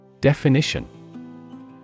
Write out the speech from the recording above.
Definition